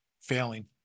failing